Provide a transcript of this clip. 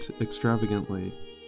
extravagantly